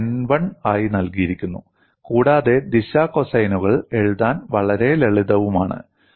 അത് n1 ആയി നൽകിയിരിക്കുന്നു കൂടാതെ ദിശ കോസൈനുകൾ എഴുതാൻ വളരെ ലളിതവുമാണ്